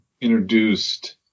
introduced